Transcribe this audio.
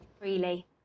freely